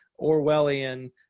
Orwellian